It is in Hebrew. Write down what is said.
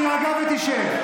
תירגע ותשב.